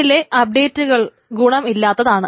ഇതിലെ അപ്ഡേറ്റുകൾ ഗുണം ഇല്ലാത്തതാണ്